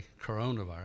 coronavirus